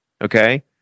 okay